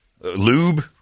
lube